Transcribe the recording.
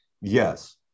Yes